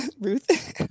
Ruth